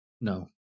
No